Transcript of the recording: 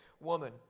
woman